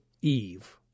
Eve